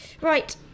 Right